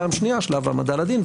פעם שנייה שלב העמדה לדין,